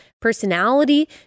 personality